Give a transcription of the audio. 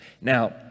Now